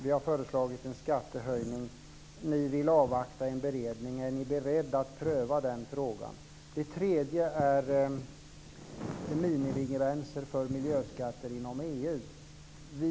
Vi har föreslagit en skattehöjning. Ni vill avvakta en beredning. Är ni beredda att pröva den frågan? Den tredje gäller minimigränser för miljöskatter inom EU.